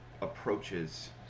approaches